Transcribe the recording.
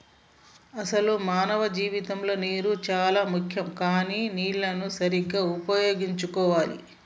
అసలు మానవ జీవితంలో నీరు చానా ముఖ్యం కానీ నీళ్లన్ను సరీగ్గా ఉపయోగించుకోవాలి